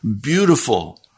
beautiful